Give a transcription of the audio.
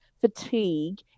fatigue